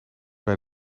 bij